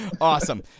Awesome